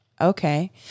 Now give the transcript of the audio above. Okay